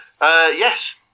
Yes